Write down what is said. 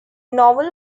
novel